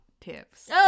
tips